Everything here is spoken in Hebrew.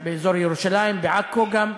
באזור ירושלים, בעכו גם.